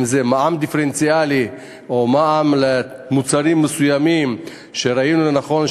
אם מע"מ דיפרנציאלי או הורדת המע"מ על מוצרים מסוימים שראינו זאת לנכון,